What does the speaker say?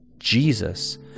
jesus